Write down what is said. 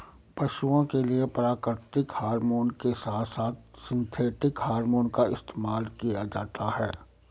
पशुओं के लिए भी प्राकृतिक हॉरमोन के साथ साथ सिंथेटिक हॉरमोन का इस्तेमाल किया जाता है